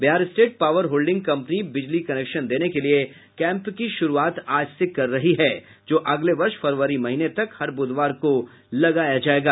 Bihar state power holding company बिजली connection देने के लिए कैंप की श्रूआत आज से कर रही है जो अगले वर्ष फरवरी महीने तक हर ब्रधवार को लगाया जायेगा